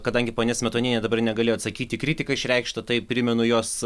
kadangi ponia smetonienė dabar negali atsakyti kritika išreikšta tai primenu jos